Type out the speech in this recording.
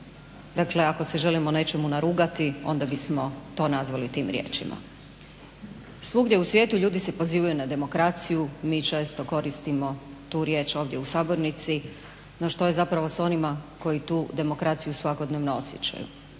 Dakle, ako se želimo nečemu narugati, onda bi smo to nazvali tim riječima. Svugdje u svijetu ljudi se pozivaju na demokraciju, mi često koristimo tu riječ ovdje u sabornici. No, što je zapravo s onima koji tu demokraciju svakodnevno osjećaju,